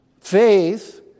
Faith